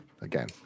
again